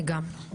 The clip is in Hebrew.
אני גם.